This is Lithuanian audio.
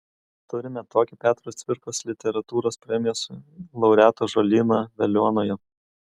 turime tokį petro cvirkos literatūros premijos laureatų ąžuolyną veliuonoje